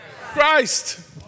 Christ